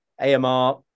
AMR